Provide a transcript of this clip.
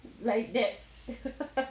like that